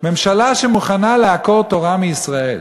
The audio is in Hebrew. ממשלה שמוכנה לעקור תורה מישראל,